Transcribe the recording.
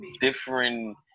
different